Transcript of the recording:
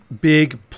big